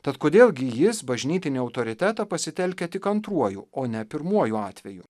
tad kodėl gi jis bažnytinį autoritetą pasitelkia tik antruoju o ne pirmuoju atveju